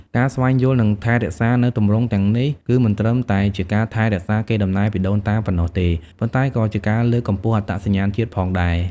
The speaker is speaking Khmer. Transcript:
ការស្វែងយល់ និងថែរក្សានូវទម្រង់ទាំងនេះ គឺមិនត្រឹមតែជាការថែរក្សាកេរដំណែលពីដូនតាប៉ុណ្ណោះទេ ប៉ុន្តែក៏ជាការលើកកម្ពស់អត្តសញ្ញាណជាតិផងដែរ។